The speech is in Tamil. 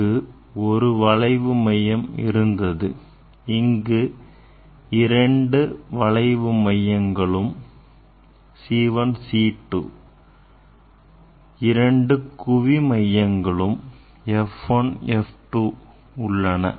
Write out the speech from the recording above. அங்கு ஒரு வளைவு மையம் இருந்தது இங்கு இரண்டு வளைவு மையங்களும் C 1 C2 இரண்டு குவி மையங்களும் F1 F2 உள்ளன